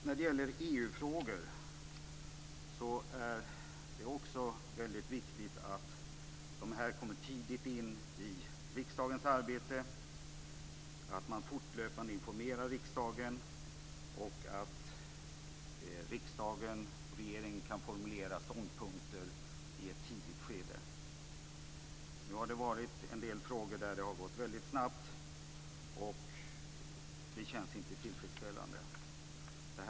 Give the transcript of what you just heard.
När det gäller EU-frågor är det väldigt viktigt att påpeka att de ska komma in tidigt i riksdagens arbete. Man ska fortlöpande informera riksdagen, och riksdagen och regeringen ska kunna formulera ståndpunkter i ett tidigt skede. I en del frågor har det nu gått väldigt snabbt, och det känns inte tillfredsställande.